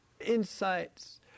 insights